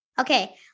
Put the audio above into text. Okay